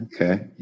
Okay